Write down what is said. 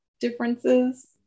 differences